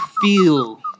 feel